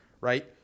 Right